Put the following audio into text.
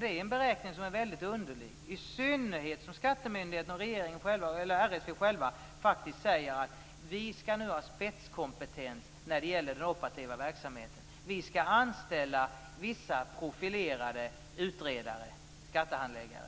Det är en beräkning som är väldigt underlig. I synnerhet som RSV självt säger: Vi skall nu ha spetskompetens när det gäller den operativa verksamheten. Vi skall anställa vissa profilerade utredare och skattehandläggare.